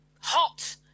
Hot